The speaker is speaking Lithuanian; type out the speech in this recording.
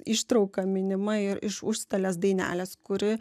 ištrauka minima ir iš užstalės dainelės kuri